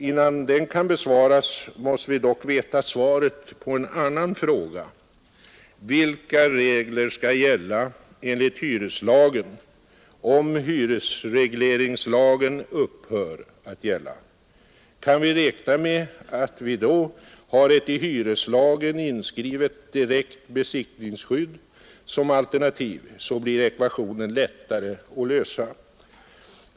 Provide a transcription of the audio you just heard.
Innan den kan besvaras, måste vi dock veta svaret på en annan fråga: Vilka regler skall gälla enligt hyreslagen om hyresregleringslagen upphör att gälla? Kan vi räkna med att vi då har ett i hyreslagen inskrivet direkt besittningsskydd som alternativ, blir ekvationen lättare att lösa.